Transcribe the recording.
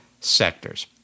sectors